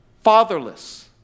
fatherless